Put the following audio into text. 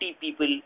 people